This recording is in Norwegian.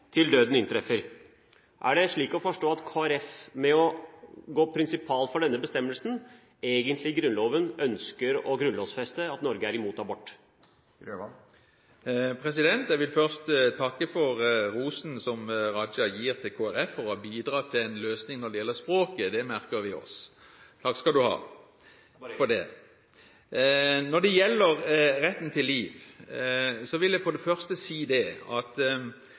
til døden inntreffer». Er det slik å forstå at Kristelig Folkeparti, ved å gå prinsipalt inn for denne bestemmelsen, egentlig ønsker å grunnlovfeste at Norge er imot abort? Jeg vil først takke for rosen Raja gir til Kristelig Folkeparti for å ha bidratt til en løsning når det gjelder språket. Det merker vi oss. Takk skal du ha for det. Bare hyggelig. Når det gjelder retten til liv, vil jeg for det første si at